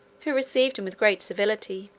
who received him with great civility.